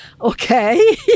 okay